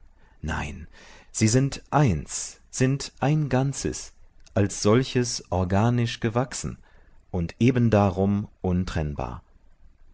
nein sie sind eins sind ein ganzes als solches organisch gewachsen und ebendarum untrennbar